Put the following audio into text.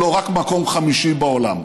לא, רק מקום חמישי בעולם.